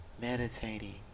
meditating